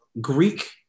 Greek